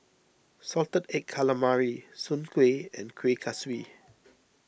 Salted Egg Calamari Soon Kueh and Kuih Kaswi